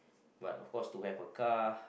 but of cause to have a car